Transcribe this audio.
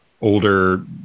older